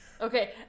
Okay